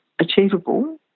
achievable